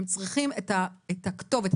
הם צריכים את הכתובת,